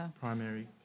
primary